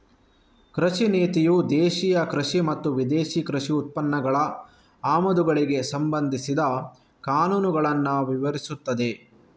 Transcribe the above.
ಕೃಷಿ ನೀತಿಯು ದೇಶೀಯ ಕೃಷಿ ಮತ್ತು ವಿದೇಶಿ ಕೃಷಿ ಉತ್ಪನ್ನಗಳ ಆಮದುಗಳಿಗೆ ಸಂಬಂಧಿಸಿದ ಕಾನೂನುಗಳನ್ನ ವಿವರಿಸ್ತದೆ